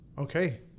Okay